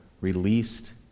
released